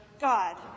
God